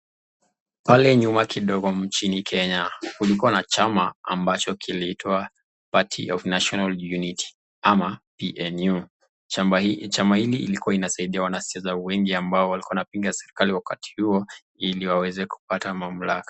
Pale nyuma kidogo mjini Kenya kulikua na chama ambacho kiliitwa Party of National Unity ama PNU. Chama hili ilkua inasaidia wanasiasa wengi ambao walikuwa wanapinga serikali wakati huo ili waweze kupata mamlaka.